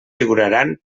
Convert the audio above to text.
figuraran